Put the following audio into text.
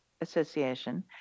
Association